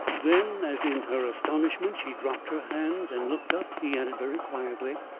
then, as in her astonishment she dropped her hands and looked up, he added very quietly,